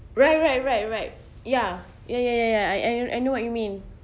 right right right right ya ya ya ya ya I I know what you mean